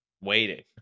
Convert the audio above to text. waiting